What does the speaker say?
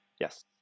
Yes